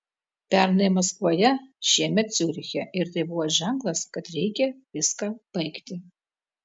pernai maskvoje šiemet ciuriche ir tai buvo ženklas kad reikia viską baigti